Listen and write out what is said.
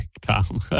Tom